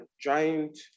giant